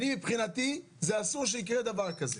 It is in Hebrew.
מבחינתי אסור שיקרה דבר כזה.